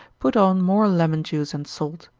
put on more lemon-juice and salt.